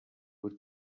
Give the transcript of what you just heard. would